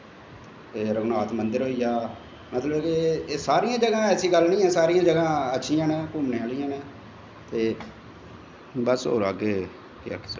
ते रघुनाथ मन्दर होइया ते सारियां जगह् ऐसी गल्ल नी ऐ सारियां जगाह् अच्छियां न ते बस होर अग्गैं केह् आक्खी सकने न